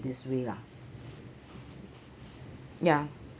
this way lah ya